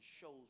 shows